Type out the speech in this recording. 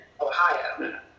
Ohio